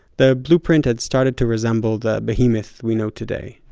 the blueprint had started to resemble that behemoth we know today.